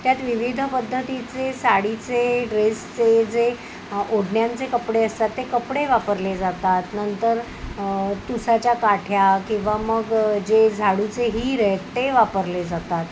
त्यात विविध पद्धतीचे साडीचे ड्रेसचे जे ओढण्यांचे कपडे असतात ते कपडे वापरले जातात नंतर तुसाच्या काठ्या किंवा मग जे झाडूचे हिर आहेत ते वापरले जातात